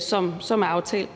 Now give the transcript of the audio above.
som er aftalt.